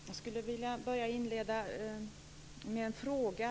Herr talman! Jag skulle vilja inleda med en fråga.